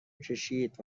کشید